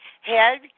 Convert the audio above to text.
head